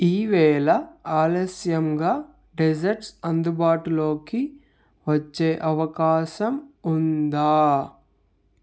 ఈవేళ ఆలస్యంగా డెసర్ట్స్ అందుబాటులోకి వచ్చే అవకాశం ఉందా